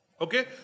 Okay